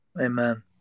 Amen